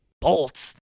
Bolts